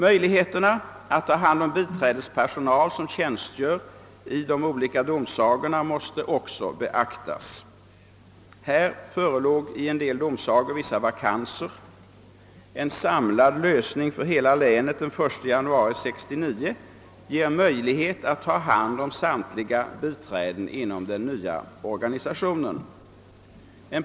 Möjligheterna att ta hand om den biträdespersonal som tjänstgör i de olika domsagorna måste också beaktas. I en del domsagor fanns vissa vakanser. En samlad lösning för hela länet den 1 januari 1969 skulle göra det möjligt att inom den nya organisationen ta hand om samtliga biträden.